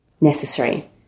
necessary